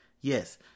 Yes